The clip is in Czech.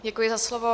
Děkuji za slovo.